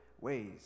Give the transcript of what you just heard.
ways